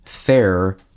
fair